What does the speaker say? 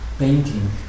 painting